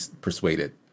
persuaded